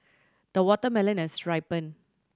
the watermelon has ripened